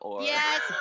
Yes